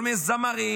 כל מיני זמרים,